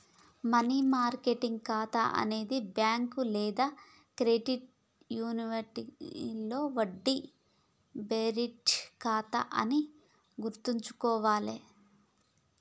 money market ఖాతా అనేది bank లేదా క్రెడిట్ యూనియన్లో వడ్డీ బేరింగ్ ఖాతా అని గుర్తుంచుకోవాలే